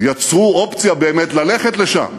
ויצרו אופציה באמת ללכת לשם,